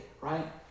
right